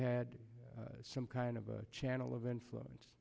had some kind of a channel of influence